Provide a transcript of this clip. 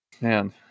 Man